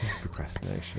Procrastination